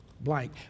blank